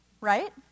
right